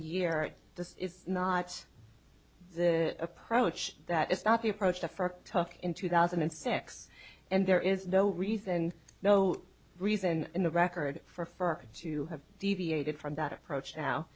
year this is not the approach that is not the approach to for tough in two thousand and six and there is no reason no reason in the record for for to have deviated from that approach